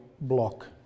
block